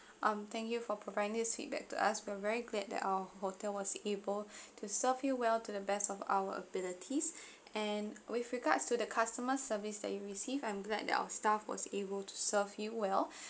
mm thank you for providing this feedback to us we're very glad that our hotel was able to serve you well to the best of our abilities and with regards to the customer service that you received I'm glad that our staff was able to serve you well